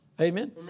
Amen